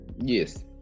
yes